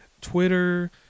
Twitter